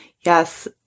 Yes